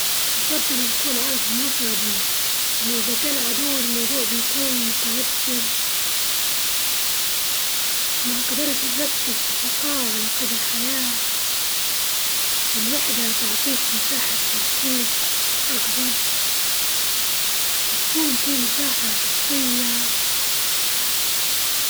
الأفضل لإن نعدي رحلة مع شريك حياتي، لإن الرحلات معه تعطيني فرصة للاستمتاع مع الشخص اللي اللي تفهم فيه ويفهمك واللي تهتم فيه ويهتم فيك واللي تحبه ويحبك، ومع الأصدقاء حلوة لإنها مليانة ضحك وذكريات.